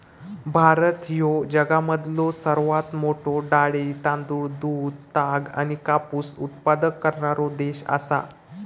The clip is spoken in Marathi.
भारत ह्यो जगामधलो सर्वात मोठा डाळी, तांदूळ, दूध, ताग आणि कापूस उत्पादक करणारो देश आसा